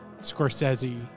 Scorsese